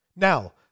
Now